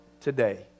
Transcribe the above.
today